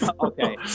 Okay